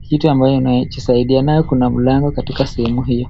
kitu ambayo inasaidia. Kuna mlango katika sehemu hii.